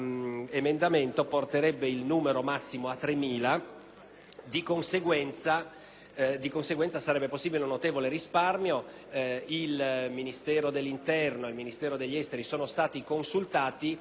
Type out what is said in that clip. di conseguenza sarebbe possibile un notevole risparmio. Il Ministero dell'interno e il Ministero degli esteri sono stati consultati: entrambi ritengono fattibile questa innovazione,